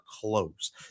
close